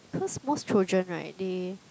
cause most children right they